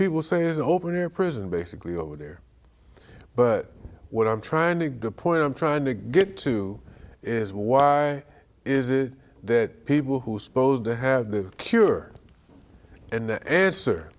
people say is an open air prison basically over there but what i'm trying to get the point i'm trying to get to is why is it that people who are supposed to have the cure and the answer